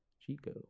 Chico